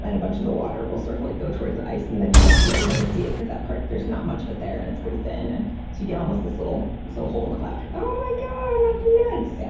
and a bunch of the water will sort of like go towards the ice and then you won't be able to really see it, because that part, there's not much of it there and it's pretty thin. and so you get almost this little this little hole in the cloud. oh my god, that's like nuts. yeah